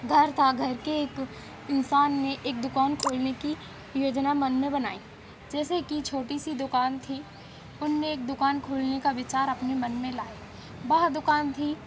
घर था घर के एक इंसान ने एक दुकान खोलने की योजना मन में बनाई जैसे कि छोटी सी दुकान थी उनने एक दुकान खोलने का विचार अपने मन में लाए वहा दुकान थी